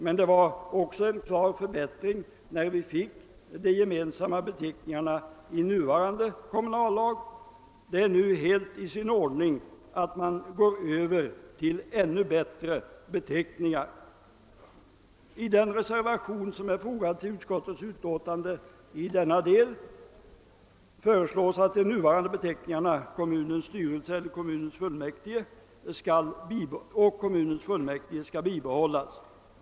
Men det var också en klar förbättring när vi fick de gemensamma beteckningarna i nuvarande kommunallag. Det är nu helt i sin ordning att man går över till ännu bättre beteckningar. I den reservation, som är fogad till utskottets utlåtande i denna del, föreslås att de nuvarande beteckningarna >kommunens styrelse> och >»kommunens fullmäktige» skall bibehållas.